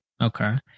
Okay